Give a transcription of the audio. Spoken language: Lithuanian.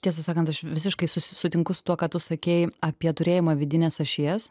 tiesą sakant aš visiškai sutinku su tuo ką tu sakei apie turėjimą vidinės ašies